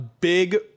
Big